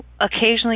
occasionally